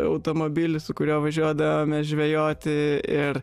automobilį su kuriuo važiuodavome žvejoti ir